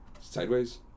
sideways